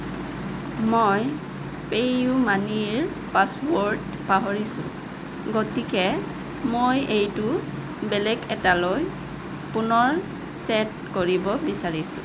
মই পে'ইউমানিৰ পাছৱৰ্ড পাহৰিছোঁ গতিকে মই এইটো বেলেগ এটালৈ পুনৰ চেট কৰিব বিচাৰিছোঁ